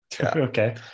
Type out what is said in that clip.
okay